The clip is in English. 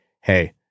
hey